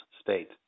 state